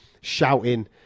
Shouting